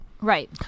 Right